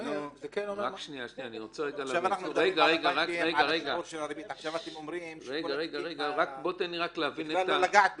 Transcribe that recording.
--- עכשיו אתם אומרים בכלל לא לגעת בזה.